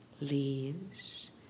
Leaves